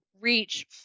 reach